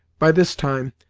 by this time,